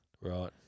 Right